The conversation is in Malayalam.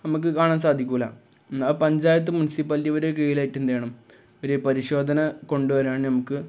നമുക്കു കാണാൻ സാധിക്കില്ല എന്നാല് പഞ്ചായത്ത് മുനിസിപ്പാലിറ്റി അവരുടെ കീഴിലായിട്ട് എന്തു വേണം ഒരു പരിശോധന കൊണ്ടുവരാന് നമുക്ക്